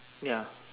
ya